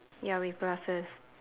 ya with glasses